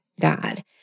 God